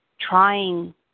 trying